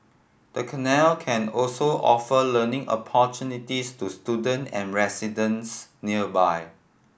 the canal can also offer learning opportunities to student and residents nearby